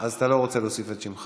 אז אתה לא רוצה להוסיף את שמך?